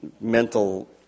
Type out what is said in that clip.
mental